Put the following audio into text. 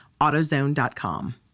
AutoZone.com